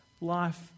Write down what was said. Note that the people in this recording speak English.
life